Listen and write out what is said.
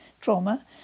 trauma